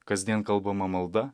kasdien kalbama malda